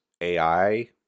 ai